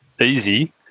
Easy